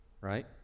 right